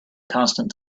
constant